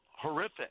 horrific